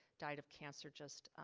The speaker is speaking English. died of cancer just